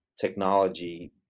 technology